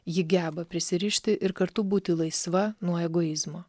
ji geba prisirišti ir kartu būti laisva nuo egoizmo